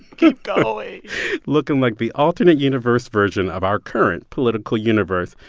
keep going looking like the alternate universe version of our current political universe.